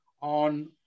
on